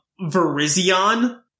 Verizion